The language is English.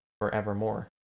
forevermore